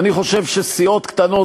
אני חושב שסיעות קטנות,